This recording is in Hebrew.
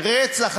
רצח,